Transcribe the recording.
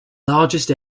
largest